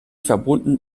verbunden